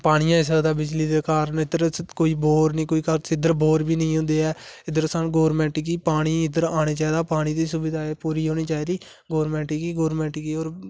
पानी आई सकदा बिजली दे कारण कोई बोर नेईं इद्धर बौर बी नेई होंदै ऐ इद्धर सानू गवर्नमेंट गी पानी इद्धर आने चाहिदा पानी दी सुबिधा पूरी होनी चाहिदी गवर्नमेंट गी गवर्नमेंट और